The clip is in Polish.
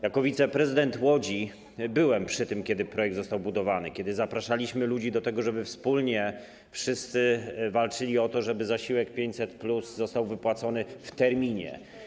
Jako wiceprezydent Łodzi byłem przy tym, kiedy projekt był przygotowywany, kiedy zapraszaliśmy ludzi do tego, żeby wspólnie wszyscy walczyli o to, żeby zasiłek 500+ został wypłacony w terminie.